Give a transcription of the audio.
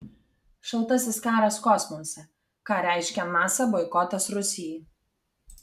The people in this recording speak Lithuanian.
šaltasis karas kosmose ką reiškia nasa boikotas rusijai